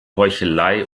heuchelei